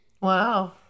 Wow